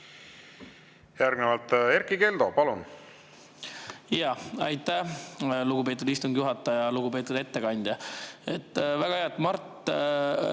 Järgnevalt Erkki Keldo, palun! Aitäh, lugupeetud istungi juhataja! Lugupeetud ettekandja! Väga hea, et